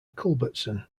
culbertson